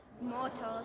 mortals